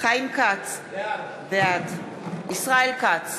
חיים כץ, בעד ישראל כץ,